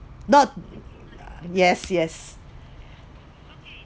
not yes yes